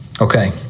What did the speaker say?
Okay